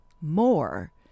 more